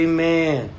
Amen